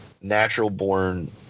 natural-born